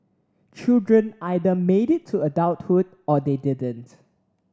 children either made it to adulthood or they didn't